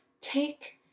Take